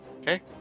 Okay